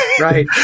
Right